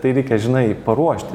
tai reikia žinai paruošti